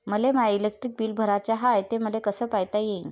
मले माय electric bill भराचं हाय, ते मले कस पायता येईन?